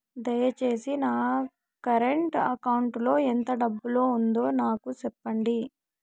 దయచేసి నా current account లో ఎంత డబ్బు ఉందో నాకు సెప్పండి